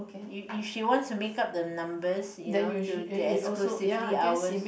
you you she wants to make up the numbers you know to to exclusively ours